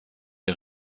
der